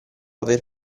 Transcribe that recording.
aver